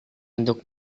untuk